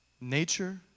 Nature